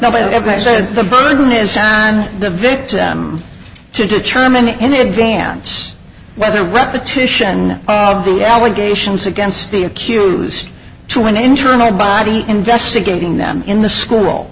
ever says the burden is on the victim to determine in advance whether repetition of the allegations against the accused to an internet body investigating them in the school